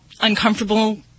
uncomfortable